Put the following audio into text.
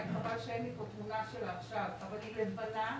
היא לבנה,